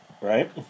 Right